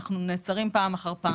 אנחנו נעצרים פעם אחר פעם.